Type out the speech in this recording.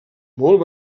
molt